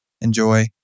enjoy